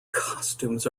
costumes